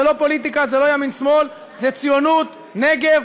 זה לא פוליטיקה, זה לא ימין שמאל, זה ציונות, נגב.